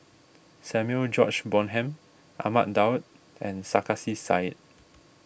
Samuel George Bonham Ahmad Daud and Sarkasi Said